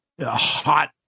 hot